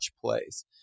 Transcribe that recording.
place